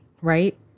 right